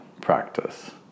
practice